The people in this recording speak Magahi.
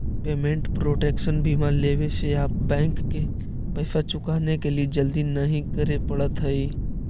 पेमेंट प्रोटेक्शन बीमा लेवे से आप बैंक के पैसा चुकाने के लिए जल्दी नहीं करे पड़त हई